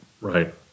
Right